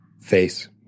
face